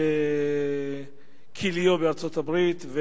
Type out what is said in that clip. מכלאו בארצות-הברית.